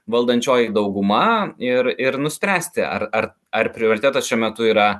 valdančioji dauguma ir ir nuspręsti ar ar ar prioritetas šiuo metu yra